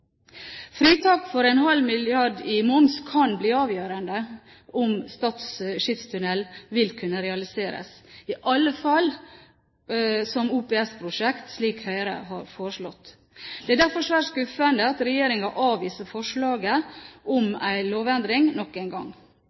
Fritak for ½ mrd. kr i moms kan bli avgjørende for om Stad skipstunnel kan realiseres, i alle fall som OPS-prosjekt, slik Høyre har foreslått. Det er derfor svært skuffende at regjeringen avviser forslaget om en lovendring nok en gang.